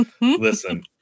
Listen